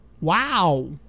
Wow